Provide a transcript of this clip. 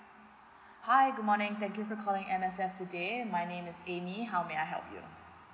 hi good morning thank you for calling M_S_SF today my name is amy how may I help you